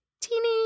teeny